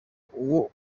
uwo